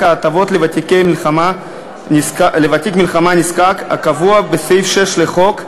ההטבות לוותיק מלחמה נזקק הקבוע בסעיף 6 לחוק.